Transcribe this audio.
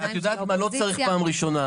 את יודעת מה, לא צריך פעם ראשונה.